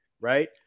Right